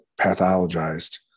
pathologized